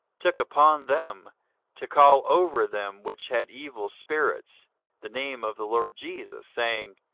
took upon them to call over them which had evil spirits the name of the lord jesus, saying,